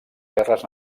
guerres